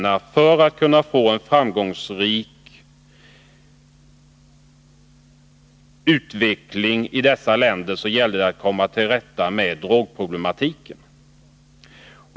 För att man skulle kunna få till stånd en framgångsrik utveckling i dessa länder gällde det att komma till rätta med drogproblematiken.